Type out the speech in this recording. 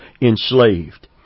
enslaved